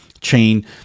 chain